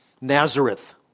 Nazareth